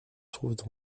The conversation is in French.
trouvent